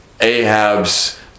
Ahab's